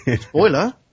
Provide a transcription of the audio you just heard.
Spoiler